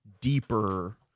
deeper